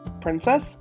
princess